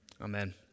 Amen